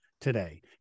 today